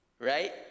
right